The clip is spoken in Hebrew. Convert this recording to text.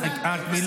אנחנו